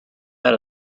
had